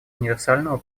универсального